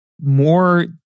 more